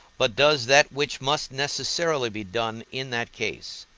but does that which must necessarily be done in that case.